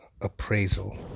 appraisal